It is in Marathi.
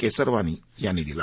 केसरवानी यांनी दिला